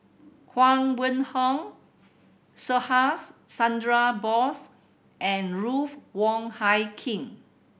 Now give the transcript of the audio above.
Huang Wenhong Subhas Chandra Bose and Ruth Wong Hie King